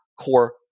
core